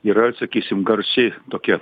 yra sakysim garsi tokia